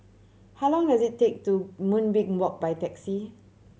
how long does it take to Moonbeam Walk by taxi